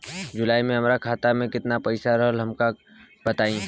जुलाई में हमरा खाता में केतना पईसा रहल हमका बताई?